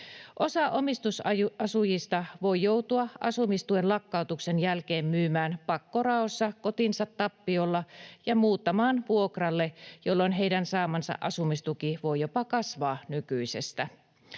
Osa omistusasujista voi joutua asumistuen lakkautuksen jälkeen myymään pakkoraossa kotinsa tappiolla ja muuttamaan vuokralle, jolloin heidän saamansa asumistuki voi jopa kasvaa nykyisestä.